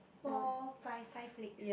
four five five legs